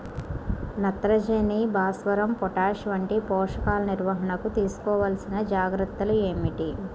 నత్రజని, భాస్వరం, పొటాష్ వంటి పోషకాల నిర్వహణకు తీసుకోవలసిన జాగ్రత్తలు ఏమిటీ?